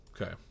Okay